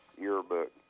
yearbook